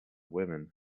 women